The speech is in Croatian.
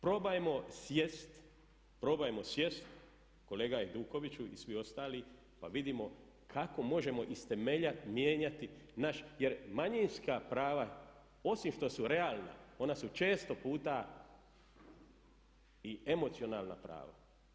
Probajmo sjesti, probajmo sjesti, kolega Hajdukoviću i svi ostali pa vidimo kako možemo iz temelja mijenjati naš, jer manjinska prava osim što su realna ona su često puta i emocionalna prava.